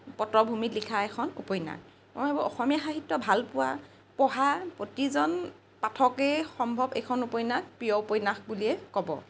পটভূমিত লিখা এখন উপন্যাস মই অসমীয়া সাহিত্য ভাল পোৱা পঢ়া প্ৰতিজন পাঠকেই সম্ভৱ এইখন উপন্যাস প্ৰিয় উপন্যাস বুলিয়েই ক'ব